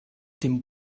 dem